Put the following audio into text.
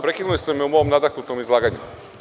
Prekinuli ste me u mom nadahnutom izlaganju.